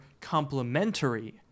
complementary